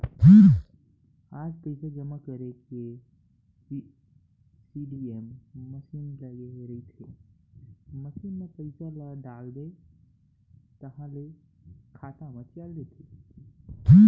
आज पइसा जमा करे के सीडीएम मसीन लगे रहिथे, मसीन म पइसा ल डालबे ताहाँले खाता म चल देथे